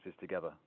together